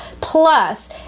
Plus